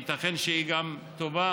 כי ייתכן שהיא טובה,